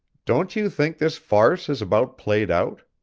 don't you think this farce is about played out?